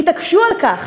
התעקשו על כך